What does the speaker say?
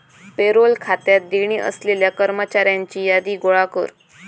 payroll खात्यात देणी असलेल्या कर्मचाऱ्यांची यादी गोळा कर